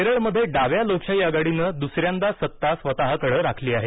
केरळमध्ये डाव्या लोकशाही आघाडीनं दुसऱ्यांदा सत्ता स्वतःकडे राखली आहे